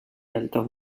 altos